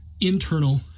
internal